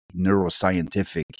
neuroscientific